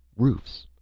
roofs!